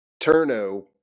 turno